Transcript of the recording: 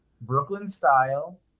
Brooklyn-style